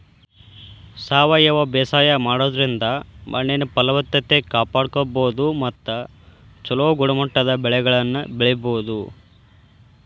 ಸಾವಯವ ಬೇಸಾಯ ಮಾಡೋದ್ರಿಂದ ಮಣ್ಣಿನ ಫಲವತ್ತತೆ ಕಾಪಾಡ್ಕೋಬೋದು ಮತ್ತ ಚೊಲೋ ಗುಣಮಟ್ಟದ ಬೆಳೆಗಳನ್ನ ಬೆಳಿಬೊದು